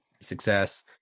success